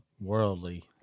worldly